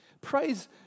Praise